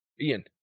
Ian